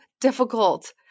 difficult